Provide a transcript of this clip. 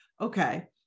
okay